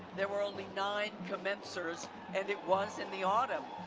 there were only nine commencers and it was in the autumn.